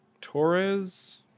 Torres